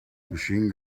machine